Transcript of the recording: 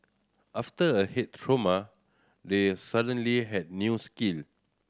after a head trauma they suddenly had new skin